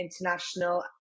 International